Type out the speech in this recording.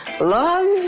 love